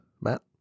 Matt